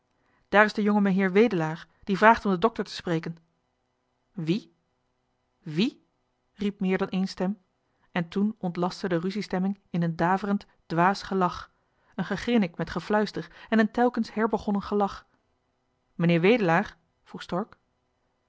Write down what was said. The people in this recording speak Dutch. daar is de jonge meheer wedelaar die vraagt om de dokter te spreken wie wie riep meer dan één stem en toen ontlastte de ruziestemming in een daverend dwaas gelach een gegrinnik met gefluister en een telkens herbegonnen gelach meneer wedelaar vroeg stork